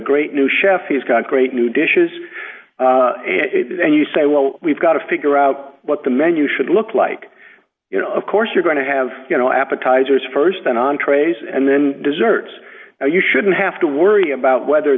great new chef he's got great new dishes and you say well we've got to figure out what the menu should look like you know of course you're going to have you know appetizers st and entrees and then desserts so you shouldn't have to worry about whether